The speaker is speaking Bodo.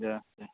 दे